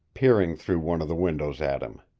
peering through one of the windows at him.